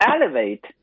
elevate